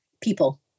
people